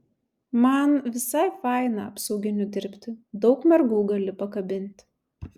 man visai faina apsauginiu dirbti daug mergų gali pakabint